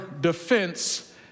defense